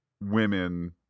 women